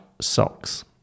socks